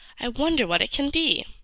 i wonder what it can be!